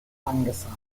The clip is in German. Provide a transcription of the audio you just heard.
angesagt